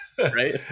right